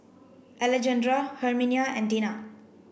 Alejandra Herminia and Dena